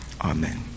Amen